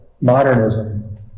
modernism